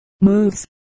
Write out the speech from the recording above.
moves